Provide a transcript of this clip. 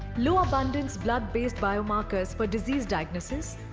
low abundance blood based biomarkers for disease diagnosis,